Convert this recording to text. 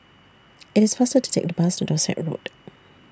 IT IS faster to Take The Bus to Dorset Road